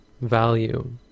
value